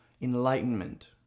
enlightenment